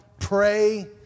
Pray